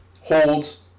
holds